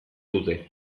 dute